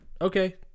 okay